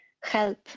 help